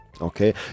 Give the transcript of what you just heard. Okay